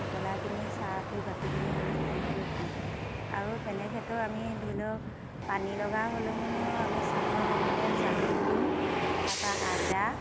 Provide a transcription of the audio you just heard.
উতলাই পিনি চাহটো বাকি পিনি আমি তেনেকৈ খাওঁ আৰু তেনে ক্ষেত্ৰত আমি ধৰি লওক পানী লগা হ'লে মানেও আমি চাহত এনেকৈ জালুক দিওঁ তাৰ পৰা আদা